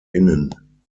innen